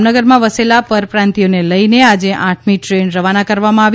જામનગરમાં વસેલા પરપ્રાંતિયોને લઇને આજે આઠમી ટ્રેન રવાના કરવામાં આવી